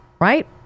Right